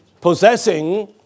possessing